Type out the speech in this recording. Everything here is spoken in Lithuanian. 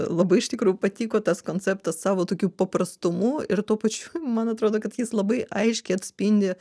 labai iš tikrųjų patiko tas konceptas savo tokiu paprastumu ir tuo pačiu man atrodo kad jis labai aiškiai atspindi